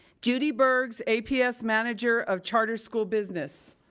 judy bergs, aps manager of charter school business.